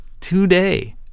today